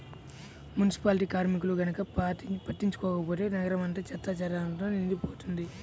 municipality కార్మికులు గనక పట్టించుకోకపోతే నగరం అంతా చెత్తాచెదారంతో నిండిపోతది